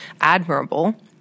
admirable